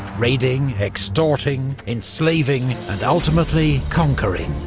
raiding, extorting, enslaving, and ultimately, conquering.